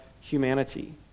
humanity